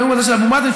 הנאום הזה של אבו מאזן.